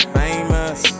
famous